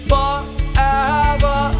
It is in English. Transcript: Forever